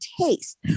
taste